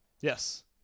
Yes